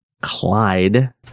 Clyde